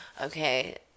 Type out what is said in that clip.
Okay